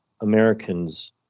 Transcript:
Americans